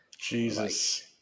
Jesus